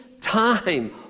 time